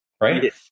right